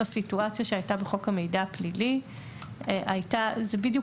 בסיטואציה שהייתה בחוק המידע הפלילי זה בדיוק